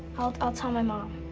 i'll, i'll tell my mom.